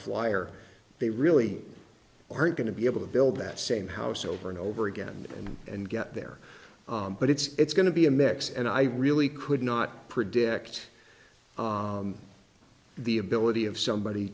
flyer they really aren't going to be able to build that same house over and over again and get there but it's going to be a mix and i really could not predict the ability of somebody